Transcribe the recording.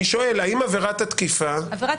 אני שואל האם עבירת התקיפה --- עבירת